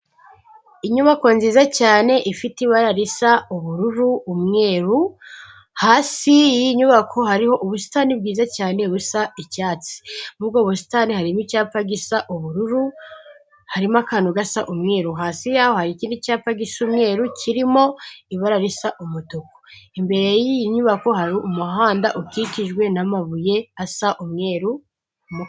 Inyubako nziza cyane ifite ibara risa ubururu, umweru, hasi y'iyi nyubako hariho ubusitani bwiza cyane busa icyatsi. Muri ubwo busitani harimo icyapa gisa ubururu, harimo akantu gasa umweru, hasi y'aho hari ikindi cyapa gisa umweru kirimo ibara risa umutuku. Imbere y'iyi nyubako hari umuhanda ukikijwe n'amabuye asa umweru.